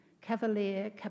Cavalier